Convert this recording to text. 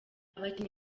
abakinnyi